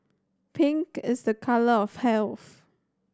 pink is a colour of health